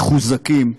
מחוזקים,